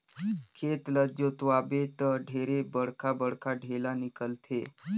खेत ल जोतवाबे त ढेरे बड़खा बड़खा ढ़ेला निकलथे